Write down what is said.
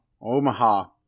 Omaha